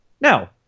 Now